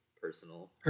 personal